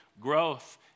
growth